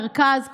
מרכז,